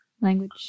language